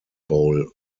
bowl